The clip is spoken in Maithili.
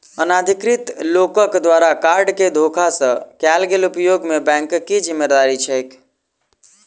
अनाधिकृत लोकक द्वारा कार्ड केँ धोखा सँ कैल गेल उपयोग मे बैंकक की जिम्मेवारी छैक?